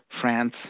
France